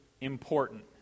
important